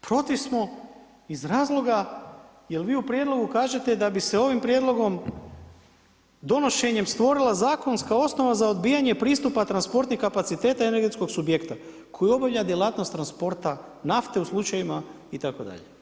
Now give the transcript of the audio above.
Protiv smo iz razloga jer vi u prijedlogu kažete da bi se ovim prijedlogom donošenjem stvorila zakonska osnova za odbijanje pristupa transportnih kapaciteta i energetskog subjekta, koji obavlja djelatnost transporta nafte u slučajevima itd.